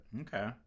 Okay